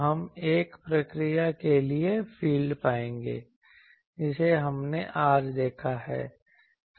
तो हम एक प्रक्रिया के लिए फील्ड पाएंगे जिसे हमने आज देखा है